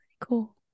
cool